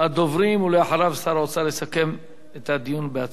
שר האוצר יסכם את הדיון בהצעת החוק.